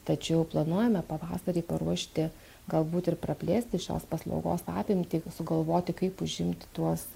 tačiau planuojame pavasarį paruošti galbūt ir praplėsti šios paslaugos apimtį sugalvoti kaip užimti tuos